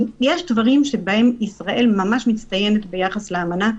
יש דברים שבהם ישראל ממש מצטיינת ביחס לאמנה,